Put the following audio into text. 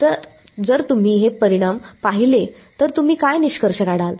तर जर तुम्ही हे परिणाम पाहिले तर तुम्ही काय निष्कर्ष काढाल